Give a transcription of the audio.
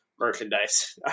merchandise